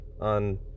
on